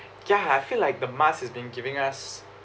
ya I feel like the mask has been giving us